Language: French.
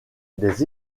des